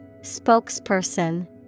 Spokesperson